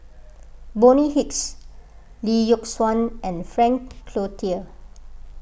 Bonny Hicks Lee Yock Suan and Frank Cloutier